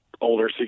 older